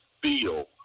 feel